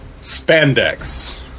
Spandex